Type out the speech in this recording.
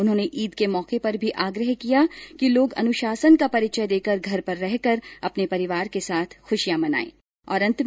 उन्होंने ईद के मौके पर भी आग्रह किया कि लोग अनुशासन का परिचय देकर घर पर रहकर ही अपने परिवार के साथ खुशियां मनाएं